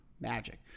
Magic